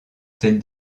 celle